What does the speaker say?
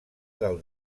del